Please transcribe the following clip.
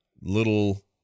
little